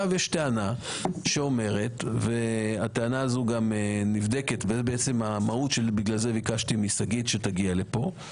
יש טענה והטענה הזו גם נבדקת ולכן בגלל זה ביקשתי משגית שתגיע לכאן.